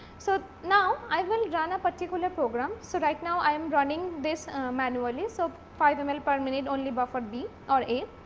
so, now, i will run a particular program. so, right now i am running this manually. so, five ml per minute only buffer b or a.